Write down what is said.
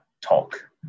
talk